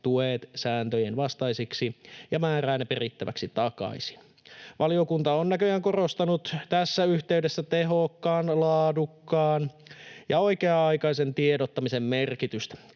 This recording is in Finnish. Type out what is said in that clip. tuet sääntöjen vastaisiksi ja määrää ne perittäväksi takaisin. Valiokunta on näköjään korostanut tässä yhteydessä tehokkaan, laadukkaan ja oikea-aikaisen tiedottamisen merkitystä.